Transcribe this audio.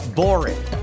boring